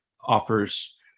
offers